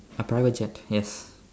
a private jet yes